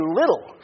little